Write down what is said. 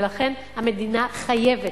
ולכן, המדינה חייבת,